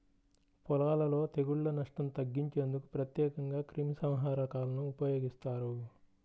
పొలాలలో తెగుళ్ల నష్టం తగ్గించేందుకు ప్రత్యేకంగా క్రిమిసంహారకాలను ఉపయోగిస్తారు